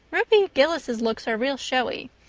ruby gillis's looks are real showy.